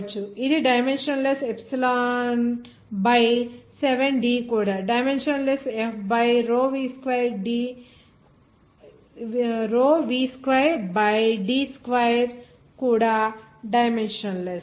ఇది dimensionless epsilon by D కూడా dimensionless F by rho v square by d square కూడా dimension less